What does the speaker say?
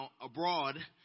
abroad